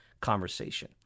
conversation